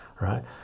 right